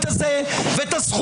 תגיד לי, מה זה ה"שכונה" הזאת?